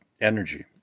energy